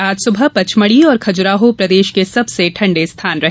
आज सुबह पचमढ़ी और खजुराहो प्रदेश के सबसे ठण्डे स्थान रहे